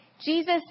Jesus